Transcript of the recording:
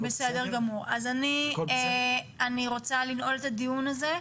בסדר גמור, אז אני רוצה לנעול את הדיון הזה.